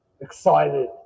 excited